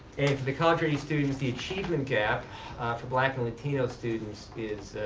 the college ready students, the achievement gap for black and latino students is,